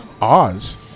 Oz